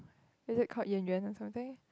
is it called Yuan-Yuan or something